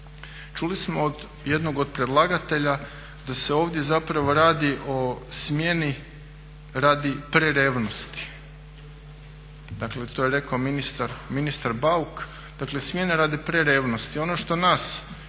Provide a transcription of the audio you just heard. Čuli smo od jednog od predlagatelja da se ovdje zapravo radi o smjeni radi prerevnosti. Dakle to je rekao ministar Bauk, dakle smjene radi prerevnosti. Ono što nas,